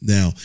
Now